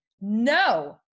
No